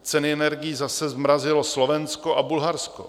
Ceny energií zase zmrazilo Slovensko a Bulharsko.